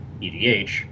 EDH